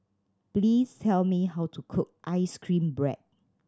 please tell me how to cook ice cream bread